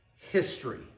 history